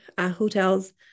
hotels